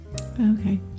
okay